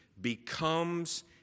becomes